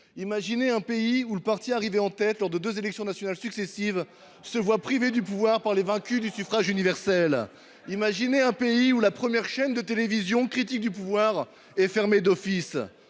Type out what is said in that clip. Imaginez un pays où le parti arrivé en tête lors de deux élections nationales successives se voit privé du pouvoir par les vaincus du suffrage universel. Quatre millions d’euros ! Imaginez un pays où la première chaîne de télévision, critique du pouvoir, est fermée d’office.